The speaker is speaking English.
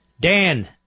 Dan